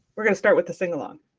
are going to start with a singalong.